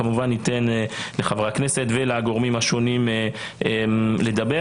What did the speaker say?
ניתן לחברי הכנסת ולגורמים השונים לדבר.